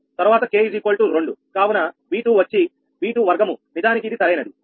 కావున V2 వచ్చి V2 వర్గము నిజానికి ఇది సరైనది